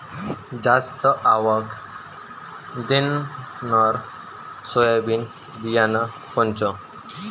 जास्त आवक देणनरं सोयाबीन बियानं कोनचं?